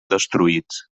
destruïts